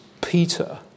Peter